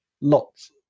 lots